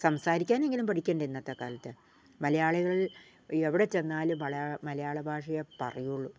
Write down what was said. സംസാരിക്കാനെങ്കിലും പഠിക്കേണ്ടേ ഇന്നത്തെ കാലത്ത് മലയാളികൾ എവിടെ ചെന്നാലും മലയാളഭാഷയെ പറയുകയുള്ളൂ